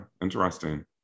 interesting